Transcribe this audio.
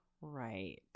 right